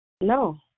No